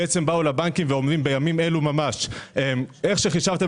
באו לבנקים ואומרים בימים אלו ממש: איך שחישבתם